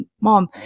Mom